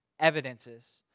evidences